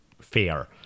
Fair